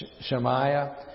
Shemaiah